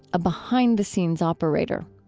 a behind-the-scenes operator.